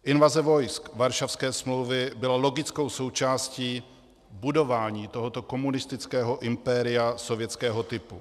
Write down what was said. Invaze vojsk Varšavské smlouvy byla logickou součástí budování tohoto komunistického impéria sovětského typu.